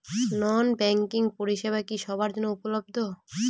নন banking পরিষেবা কি সবার জন্য উপলব্ধ?